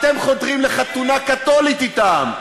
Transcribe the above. אתם חותרים לחתונה קתולית אתם.